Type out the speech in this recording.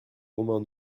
romans